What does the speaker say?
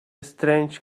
strange